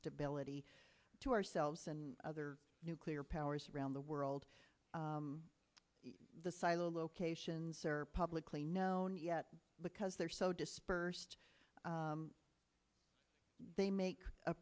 stability to ourselves and other nuclear powers around the world the silo locations are publicly known yet because they're so dispersed they make a